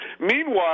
Meanwhile